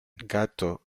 gato